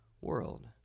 world